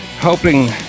hoping